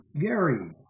Gary